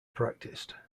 practised